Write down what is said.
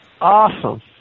Awesome